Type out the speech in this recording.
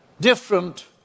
different